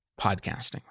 podcasting